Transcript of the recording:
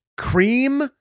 cream